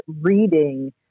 reading